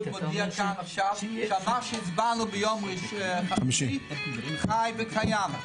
מודיע כאן עכשיו שמה שהצבענו ביום חמישי חי וקיים.